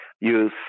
use